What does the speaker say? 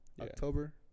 October